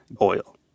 oil